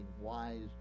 wise